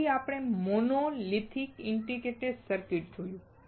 પછી આપણે monolithic integrated circuit જોયું